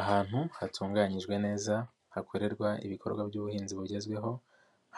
Ahantu hatunganyijwe neza hakorerwa ibikorwa by'ubuhinzi bugezweho